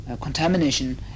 contamination